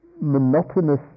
monotonous